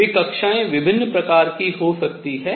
वे कक्षाएँ विभिन्न प्रकार की हो सकती हैं